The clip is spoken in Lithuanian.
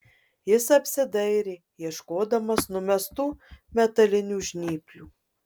jis apsidairė ieškodamas numestų metalinių žnyplių